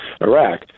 Iraq